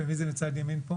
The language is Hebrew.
ומי מצד ימין?